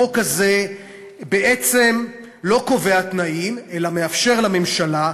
החוק הזה בעצם לא קובע תנאים אלא מאפשר לממשלה,